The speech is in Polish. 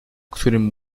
którym